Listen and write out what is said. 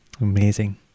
Amazing